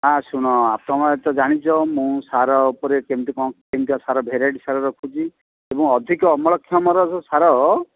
ନା ଶୁଣ ତୁମେ ତ ଜାଣିଛ ମୁଁ ସାର ଉପରେ କେମିତି କ'ଣ କେମିତିଆ ସାର ଭେରାଇଟି ସାର ରଖୁଛି ଏବଂ ଅଧିକ ଅମଳକ୍ଷମର ସାର